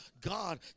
God